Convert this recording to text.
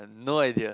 no idea